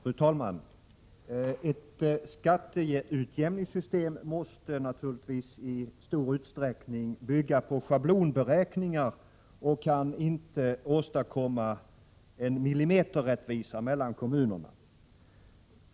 Fru talman! Ett skatteutjämningssystem måste naturligtvis i stor utsträckning bygga på schablonberäkningar och kan inte åstadkomma en millimeterrättvisa mellan kommunerna.